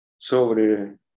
sobre